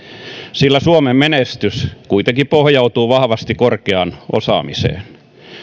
sillä suomen menestys pohjautuu kuitenkin vahvasti korkeaan osaamiseen